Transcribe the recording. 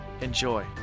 Enjoy